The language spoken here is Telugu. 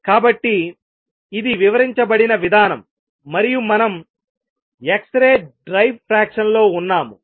కాబట్టి ఇది వివరించబడిన విధానం మరియు మనం ఎక్స్ రే డైఫ్రాక్షన్ లో ఉన్నాము